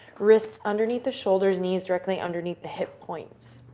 wrists underneath the shoulders, knees directly underneath the hip points.